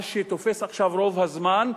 מה שתופס עכשיו רוב הזמן,